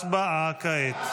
הצבעה כעת.